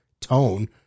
tone